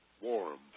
warm